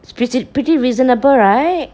it's pretty pretty reasonable right